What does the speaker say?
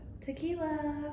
tequila